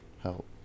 help